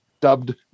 dubbed